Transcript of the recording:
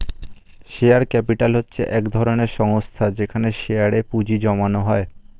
share capital হচ্ছে এক ধরনের সংস্থা যেখানে শেয়ারে এ পুঁজি জমানো হয়